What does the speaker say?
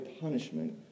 punishment